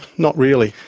not really.